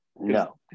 No